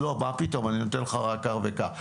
לא, מה פתאום, אני נותן לך רק כך וכך.